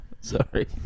Sorry